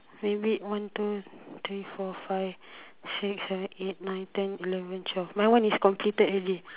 eh wait one two three four five six seven eight nine ten eleven twelve my one is completed already